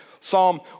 Psalm